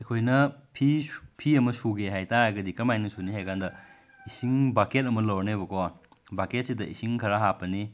ꯑꯩꯈꯣꯏꯅ ꯐꯤ ꯐꯤ ꯑꯃ ꯁꯨꯒꯦ ꯍꯥꯏꯇꯥꯔꯒꯗꯤ ꯀꯃꯥꯏꯅ ꯁꯨꯅꯤ ꯍꯥꯏꯕꯀꯥꯟꯗ ꯏꯁꯤꯡ ꯕꯥꯀꯦꯠ ꯑꯃ ꯂꯧꯔꯅꯦꯕꯀꯣ ꯕꯥꯀꯦꯠꯁꯤꯗ ꯏꯁꯤꯡ ꯈꯔ ꯍꯥꯞꯄꯅꯤ